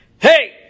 Hey